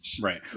Right